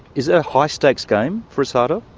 is it a high-stakes game for asada?